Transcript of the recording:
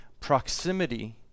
Proximity